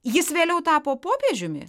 jis vėliau tapo popiežiumi